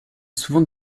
souvent